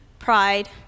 pride